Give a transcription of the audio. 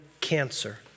Cancer